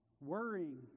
worrying